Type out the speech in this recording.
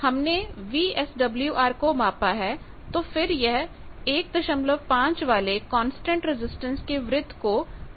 हमने वीएसडब्ल्यूआर को मापा है तो फिर यह 15 वाले कांस्टेंट रजिस्टेंस के वृत्त को क्यों इस्तेमाल करें